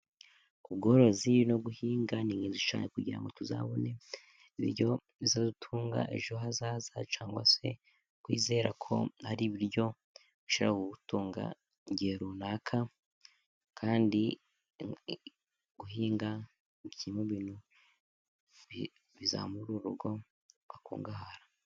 Ubworozi no guhinga ni ingenzi cyane kugira ngo tuzabone ibiryo bizadutunga ejo hazaza, cyangwa se kwizerako hari ibiryo bishobora kugutunga igihe runaka, kandi guhinga ni kimwe mu ibintu bizamura urugo rugakungahara .